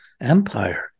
empire